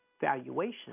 valuation